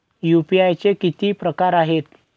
UPI चे किती प्रकार आहेत?